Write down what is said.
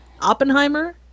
Oppenheimer